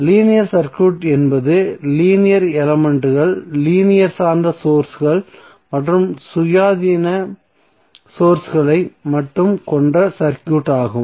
linear circuit என்பது linear எலமென்ட்கள் linear சார்ந்த சோர்ஸ்கள் மற்றும் சுயாதீன சோர்ஸ்களை மட்டுமே கொண்ட சர்க்யூட் ஆகும்